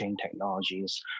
technologies